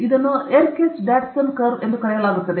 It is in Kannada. ಇದನ್ನು ಯೆರ್ಕೆಸ್ ಡಾಡ್ಸನ್ ಕರ್ವ್ ಎಂದು ಕರೆಯಲಾಗುತ್ತದೆ